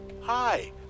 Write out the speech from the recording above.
Hi